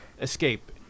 Escape